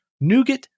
Nougat